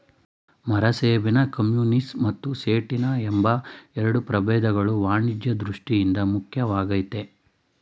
ಮರಸೇಬಿನ ಕಮ್ಯುನಿಸ್ ಮತ್ತು ಸೇಟಿನ ಎಂಬ ಎರಡು ಪ್ರಭೇದಗಳು ವಾಣಿಜ್ಯ ದೃಷ್ಠಿಯಿಂದ ಮುಖ್ಯವಾಗಯ್ತೆ